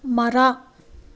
ಮರ